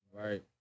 Right